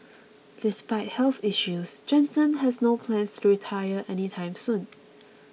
despite health issues Jansen has no plans to retire any time soon